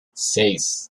seis